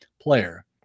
player